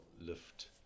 lift